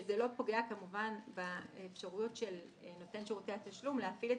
שזה לא פוגע כמובן באפשרויות של נותן שירותי התשלום להפעיל את